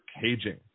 caging